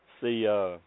see